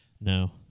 No